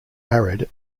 arid